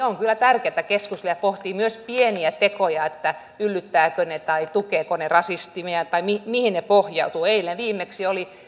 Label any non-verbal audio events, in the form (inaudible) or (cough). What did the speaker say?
(unintelligible) on kyllä tärkeätä keskustella ja pohtia myös pieniä tekoja että yllyttävätkö ne tai tukevatko ne rasismia tai mihin mihin ne pohjautuvat eilen viimeksi oli